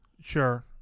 sure